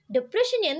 Depression